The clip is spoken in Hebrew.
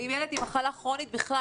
אם ילד עם מחלה כרונית בכלל,